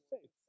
faith